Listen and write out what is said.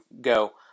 go